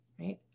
right